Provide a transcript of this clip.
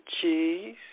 cheese